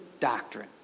doctrine